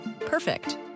Perfect